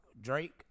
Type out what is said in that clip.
Drake